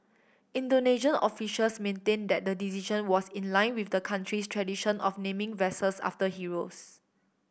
Indonesian officials maintain that the decision was in line with the country's tradition of naming vessels after heroes